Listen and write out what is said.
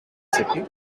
city